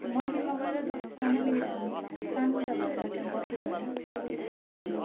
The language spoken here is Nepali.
त्यो मन्दिरमा गएर दस पन्ध्र मिनट हामीले शान्त भएर त्यहाँ बस्यौँ भने त्यसले हाम्रो